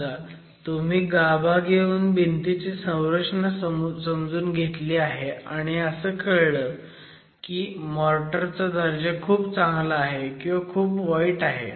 समजा तुम्ही गाभा घेऊन भिंतीची संरचना समजून घेतली आहे आणि असं कळलं आहे की मोर्टर चा दर्जा खूप चांगला आहे किंवा खूप वाईट आहे